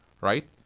right